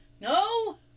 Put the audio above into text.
No